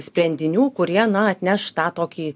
sprendinių kurie na atneš tą tokį